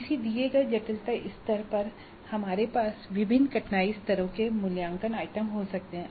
किसी दिए गए जटिलता स्तर पर हमारे पास विभिन्न कठिनाई स्तरों के मूल्यांकन आइटम हो सकते हैं